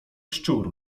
szczur